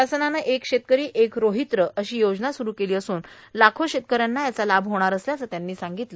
शासनानं एक शेतकरी एक रोहित्र योजना सुरू केली असून लाखो शेतकऱ्यांना याचा लाभ होणार असल्याचं त्यानी सांगतलं